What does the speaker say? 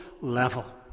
level